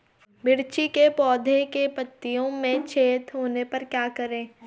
मिर्ची के पौधों के पत्तियों में छेद होने पर क्या करें?